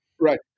Right